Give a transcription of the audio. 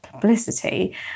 publicity